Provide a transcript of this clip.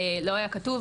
לא היה כתוב,